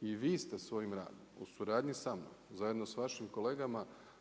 I vi ste svojim radom u suradnji zajedno sa vašim kolegama